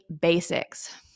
basics